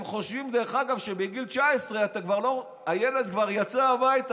הם חושבים שבגיל 19 הילד כבר יצא מהבית,